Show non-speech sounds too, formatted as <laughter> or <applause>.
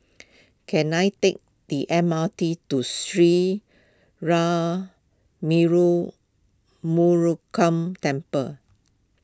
can I take the M R T to Sri <unintelligible> Murugan Temple